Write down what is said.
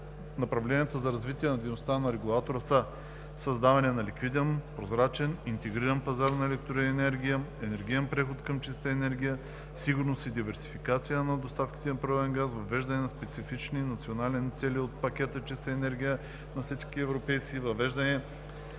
Направленията за развитие на дейността на регулатора са: създаване на ликвиден, прозрачен и интегриран пазар на електроенергия; енергиен преход към чиста енергия; сигурност и диверсификация на доставките на природен газ; въвеждане на специфични национални цели от пакета „Чиста енергия за всички европейци“; въвеждане